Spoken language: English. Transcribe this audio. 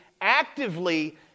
actively